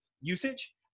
usage